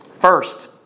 first